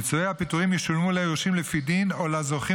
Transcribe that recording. פיצויי הפיטורים ישולמו ליורשים לפי דין או לזוכים